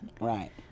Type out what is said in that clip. Right